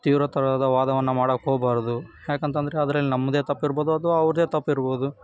ತೀವ್ರ ಥರದ ವಾದವನ್ನ ಮಾಡೋಕೆ ಹೋಗ್ಬಾರ್ದು ಯಾಕಂತ ಅಂದ್ರೆ ಅದ್ರಲ್ಲಿ ನಮ್ಮದೇ ತಪ್ಪಿರ್ಬೋದು ಅಥವಾ ಅವ್ರದ್ದೇ ತಪ್ಪಿರ್ಬೋದು